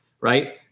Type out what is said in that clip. right